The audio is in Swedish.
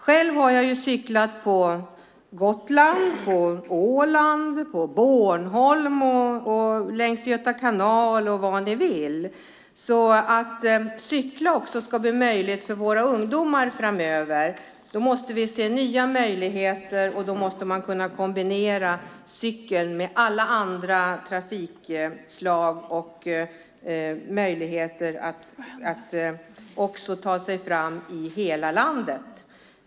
Själv har jag cyklat på Gotland, Åland, Bornholm, längs Göta kanal och vad ni vill. Om det ska bli möjligt för våra ungdomar att cykla framöver måste vi se nya möjligheter. Då måste man kunna kombinera cykeln med alla andra trafikslag och också ha möjlighet att ta sig fram i hela landet.